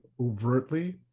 overtly